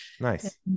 Nice